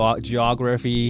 geography